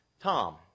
Tom